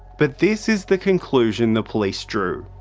but this is the conclusion the police drew.